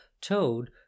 Toad